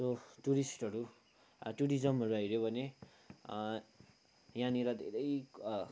so टुरिस्टहरू टुरिजमहरूलाई हेऱ्यौँ भने यहाँनिर धेरै